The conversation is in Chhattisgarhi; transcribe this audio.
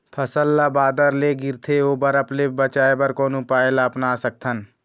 फसल ला बादर ले गिरथे ओ बरफ ले बचाए बर कोन उपाय ला अपना सकथन?